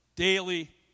daily